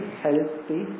healthy